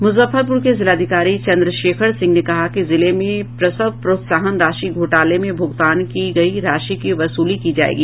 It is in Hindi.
मुजफ्फरपुर के जिलाधिकारी चंद्रशेखर सिंह ने कहा है कि जिले में प्रसव प्रोत्साहन राशि घोटाले में भुगतान की गई राशि की वसूली की जायेगी